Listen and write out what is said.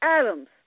Adams